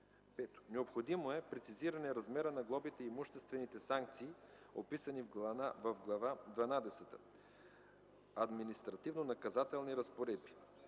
Необходимо е прецизиране размера на глобите и имуществените санкции, описани в Глава дванадесета – „Административнонаказателни разпоредби”,